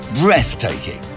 breathtaking